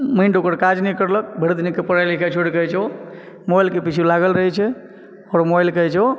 mind ओकर काज नहि करलक भरि दिन के पढ़ाइ लिखाइ छोड़ि कऽ ओ मोबाइल के पिछु लागल रहै छै आओर मोबाइल के जे छै ओ